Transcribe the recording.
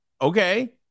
Okay